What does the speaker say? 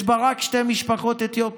יש בה רק שתי משפחות אתיופיות,